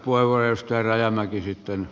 arvoisa puhemies